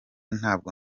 ntabwo